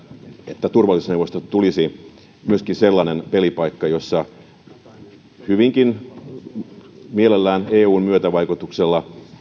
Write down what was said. että turvallisuusneuvostosta tulisi sellainen pelipaikka että hyvinkin mielellään eun myötävaikutuksella